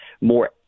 more